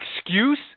excuse